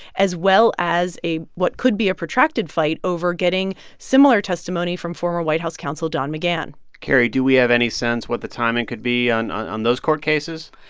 as well as a what could be a protracted fight over getting similar testimony from former white house counsel don mcgahn carrie, do we have any sense what the timing could be on on those court cases?